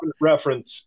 reference